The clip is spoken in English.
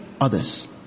others